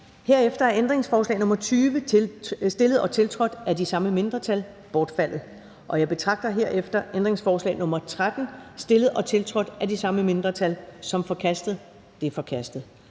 Herefter er ændringsforslag nr. 20, stillet og tiltrådt af de samme mindretal, bortfaldet. Jeg betragter herefter ændringsforslag nr. 13, stillet og tiltrådt af de samme mindretal, som forkastet. Det er forkastet.